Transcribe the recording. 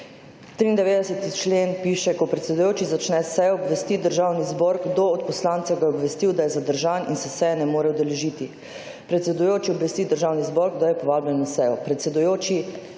93. člen piše, ko predsedujoči začne s sejo, obvesti Državni zbor, kdo od poslancev ga je obvestil, da je zadržan in se seje ne more udeležiti. Predsedujoči obvesti Državni zbor, kdo je povabljen na sejo.